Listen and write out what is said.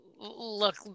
look